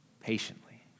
patiently